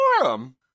forum